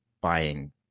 buying